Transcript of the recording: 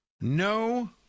no